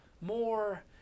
more